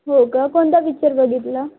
हो का कोणता पिक्चर बघितला